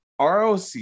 ROC